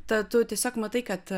ta tu tiesiog matai kad